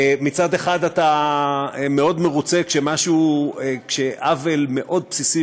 מצד אחד אתה מאוד מרוצה כשמשהו כשעוול מאוד בסיסי